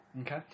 Okay